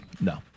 No